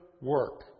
work